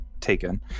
taken